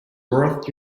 worth